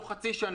תוך חצי שנה.